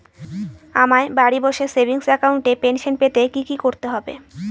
আমায় বাড়ি বসে সেভিংস অ্যাকাউন্টে পেনশন পেতে কি কি করতে হবে?